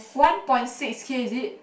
one point six K is it